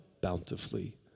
bountifully